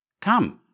Come